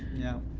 yeah.